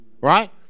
Right